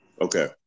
Okay